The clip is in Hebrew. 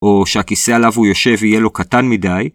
או שהכיסא עליו הוא יושב יהיה לו קטן מדי?